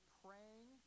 praying